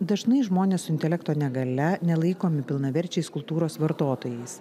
dažnai žmonėssu intelekto negalia nelaikomi pilnaverčiais kultūros vartotojais